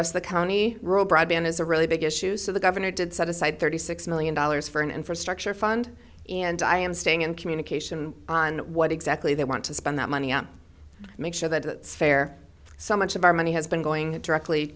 rest of the county broadband is a really big issue so the governor did set aside thirty six million dollars for an infrastructure fund and i am staying in communication on what exactly they want to spend that money on make sure that the fair so much of our money has been going directly